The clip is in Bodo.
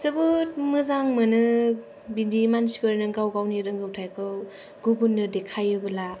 जोबोद मोजां मोनो बिदि मानसिफोरनो गाव गावनि रोंगौथाइखौ गुबुननो देखायोबोला